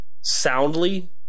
soundly